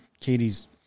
Katie's